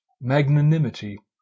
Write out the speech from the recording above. magnanimity